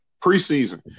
Preseason